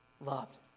Loved